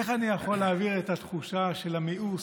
איך אני יכול להעביר את התחושה של המיאוס,